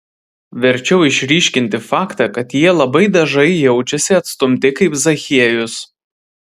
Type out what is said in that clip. verčiau išryškinti faktą kad jie labai dažai jaučiasi atstumti kaip zachiejus